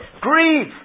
grieve